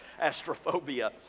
astrophobia